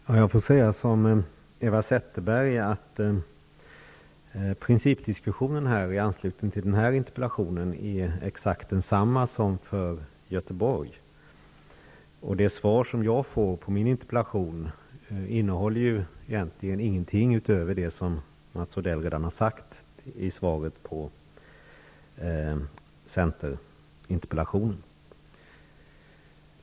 Fru talman! Jag får som Eva Zetterberg säga att principdiskussionen i anslutning till den här interpellationen är exakt densamma som för Göteborgs del. Det svar som jag har fått på min interpellation innehåller egentligen ingenting utöver det som Mats Odell redan har sagt i svaret på centerinterpellationen.